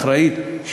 אחראית,